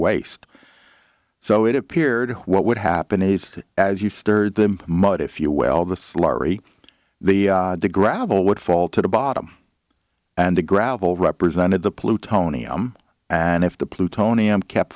waste so it appeared what would happen is as you stir the mud if you well the slurry the the gravel would fall to the bottom and the gravel represented the plutonium and if the plutonium kept